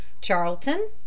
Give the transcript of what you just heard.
Charlton